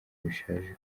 bishaje